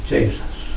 Jesus